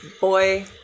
boy